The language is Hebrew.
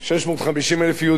650,000 יהודים.